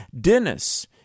Dennis